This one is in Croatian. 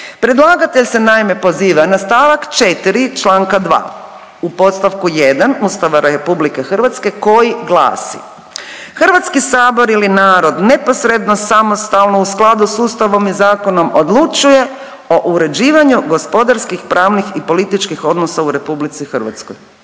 Predlagatelj se naime poziva na st. 4. čl. 2. u podstavku 1. Ustava RH koji glasi, HS ili narod neposredno, samostalno, u skladu s ustavom i zakonom odlučuje o uređivanju gospodarskih, pravnih i političkih odnosa u RH. Kakve